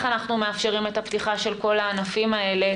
אנחנו מאפשרים את הפתיחה של כל הענפים האלה,